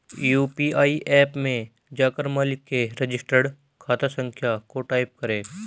UPI app में जाकर मालिक के रजिस्टर्ड खाता संख्या को टाईप करें